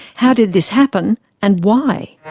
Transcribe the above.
how did this happen and why?